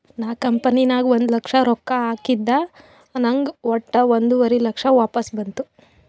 ನಾ ಕಂಪನಿ ನಾಗ್ ಒಂದ್ ಲಕ್ಷ ರೊಕ್ಕಾ ಹಾಕಿದ ನಂಗ್ ವಟ್ಟ ಒಂದುವರಿ ಲಕ್ಷ ವಾಪಸ್ ಬಂತು